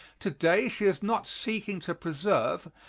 today she is not seeking to preserve,